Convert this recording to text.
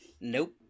Nope